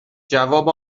جواب